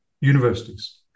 universities